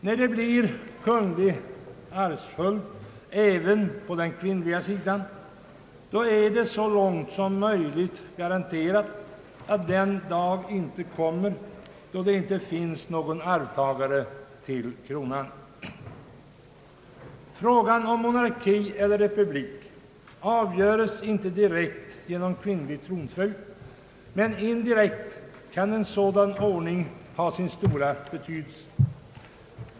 När det blir kunglig arvsföljd även på den kvinnliga sidan är det så långt som möjligt garanterat att den dag inte kommer då det inte finns någon arvtagare till kronan. Frågan om monarki eller republik avgöres inte direkt genom kvinnlig tronföljd, men indirekt kan en sådan ordning ha sin stora betydelse.